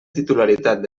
titularitat